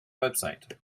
website